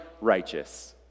righteous